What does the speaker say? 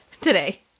today